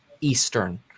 Eastern